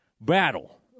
battle